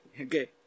Okay